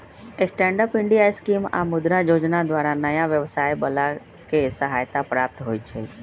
stand up India scheme आऽ मुद्रा जोजना द्वारा नयाँ व्यवसाय बला के सहायता प्राप्त होइ छइ